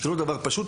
זה לא דבר פשוט,